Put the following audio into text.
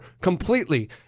completely